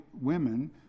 women